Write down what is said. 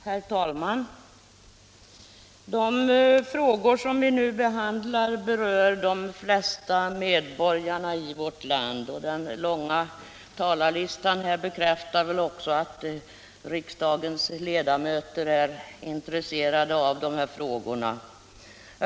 Herr talman! De frågor som vi nu behandlar berör de flesta medborgare i vårt land, och den långa talarlistan bekräftar väl också att riksdagens ledamöter är intresserade av dessa frågor.